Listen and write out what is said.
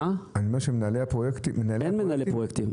אין מנהלי פרויקטים.